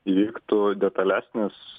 įvyktų detalesnis